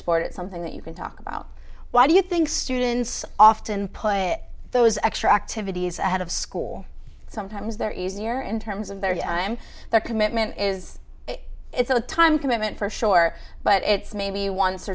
sport it's something that you can talk about why do you think students often put those extra activities ahead of school sometimes they're easier in terms of their i'm their commitment is it's a time commitment for sure but it's maybe once